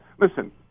listen